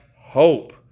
hope